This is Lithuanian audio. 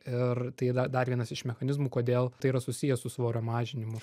ir tai yra dar vienas iš mechanizmų kodėl tai yra susiję su svorio mažinimu